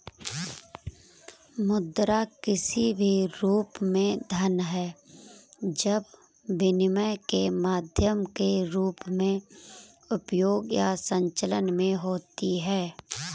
मुद्रा किसी भी रूप में धन है जब विनिमय के माध्यम के रूप में उपयोग या संचलन में होता है